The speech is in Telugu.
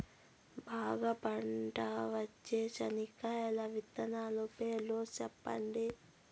బాగా పంట వచ్చే చెనక్కాయ విత్తనాలు పేర్లు సెప్పండి?